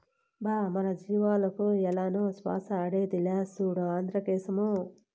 బా మన జీవాలకు ఏలనో శ్వాస ఆడేదిలా, సూడు ఆంద్రాక్సేమో